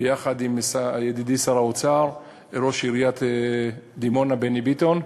ביחד עם ידידי שר האוצר וראש עיריית דימונה בני ביטון,